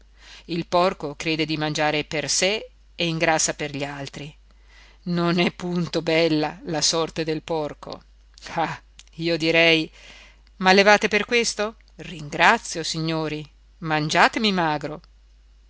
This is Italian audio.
il porco crede di mangiare per sé e ingrassa per gli altri non è punto bella la sorte del porco ah io direi m'allevate per questo ringrazio signori mangiatemi magro